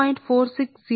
4605 log 1 కు సమానం